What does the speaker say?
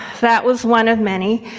that was one of many.